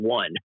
one